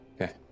Okay